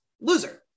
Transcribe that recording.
loser